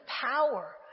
power